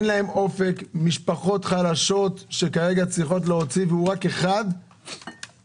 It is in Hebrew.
מדובר במשפחות חלשות שכרגע צריכות להוציא כסף רב.